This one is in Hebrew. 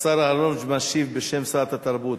השר אהרונוביץ משיב בשם שרת התרבות.